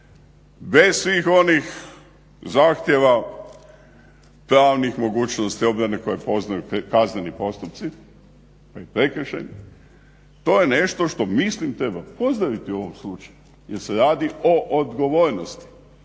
bez svih onih zahtjeva pravnih mogućnosti obrane koje poznaju kazneni postupci, ovi prekršajni. To je nešto što mislim treba pozdraviti u ovom slučaju jer se radi o odgovornosti.